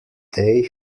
they